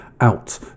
out